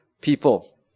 people